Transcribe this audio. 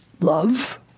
love